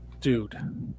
dude